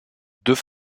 deux